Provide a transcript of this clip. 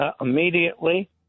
immediately